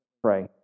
pray